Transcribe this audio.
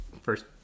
first